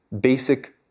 basic